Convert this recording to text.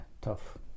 tough